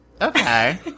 Okay